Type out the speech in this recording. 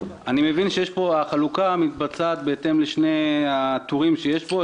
אני מבין שהחלוקה מתבצעת בהתאם לשני טורים שיש פה.